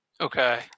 Okay